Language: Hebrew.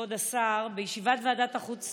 כבוד השר: בישיבת ועדת החוץ